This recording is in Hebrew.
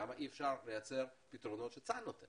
למה אי-אפשר לייצר פתרונות שצה"ל נותן